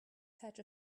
patch